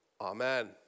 Amen